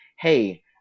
Hey